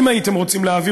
אם הייתם רוצים להעביר,